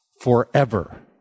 forever